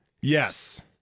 Yes